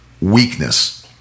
weakness